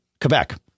Quebec